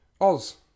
Oz